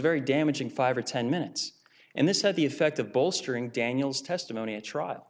very damaging five or ten minutes and this had the effect of bolstering daniel's testimony at trial